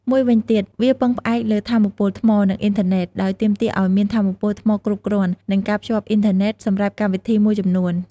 មួយវិញទៀត វាពឹងផ្អែកលើថាមពលថ្ម និងអ៊ីនធឺណេត ដោយទាមទារឱ្យមានថាមពលថ្មគ្រប់គ្រាន់ និងការភ្ជាប់អ៊ីនធឺណេត សម្រាប់កម្មវិធីមួយចំនួន។